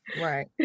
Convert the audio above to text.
right